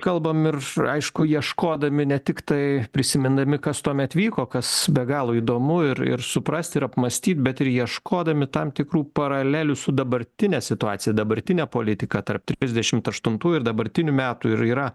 kalbam ir aišku ieškodami ne tiktai prisimindami kas tuomet vyko kas be galo įdomu ir ir suprasti ir apmąstyt bet ir ieškodami tam tikrų paralelių su dabartine situacija dabartine politika tarp trisdešimt aštuntų ir dabartinių metų ir yra